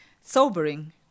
Sobering